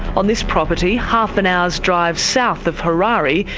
on this property, half an hour's drive south of harare,